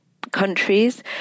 countries